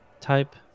type